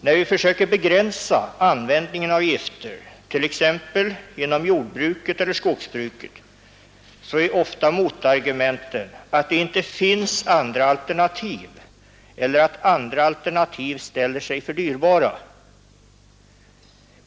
När vi försöker begränsa användningen av gifter, t.ex. inom jordbruket eller skogsbruket, så är ofta motargumenten att det inte finns andra alternativ eller att andra alternativ ställer sig för dyrbara.